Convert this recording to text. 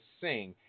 sing